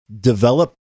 develop